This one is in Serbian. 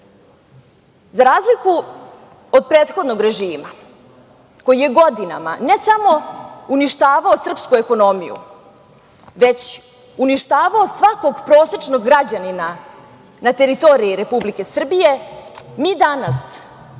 razliku od prethodnog režima, koji je godinama ne samo uništavao srpsku ekonomiju, već uništavao svakog prosečnog građanina na teritoriji Republike Srbije, mi danas vodimo